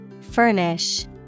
Furnish